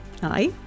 Hi